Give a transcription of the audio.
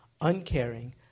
uncaring